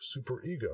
superego